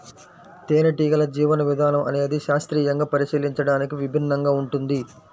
తేనెటీగల జీవన విధానం అనేది శాస్త్రీయంగా పరిశీలించడానికి విభిన్నంగా ఉంటుంది